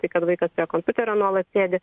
tai kad vaikas prie kompiuterio nuolat sėdi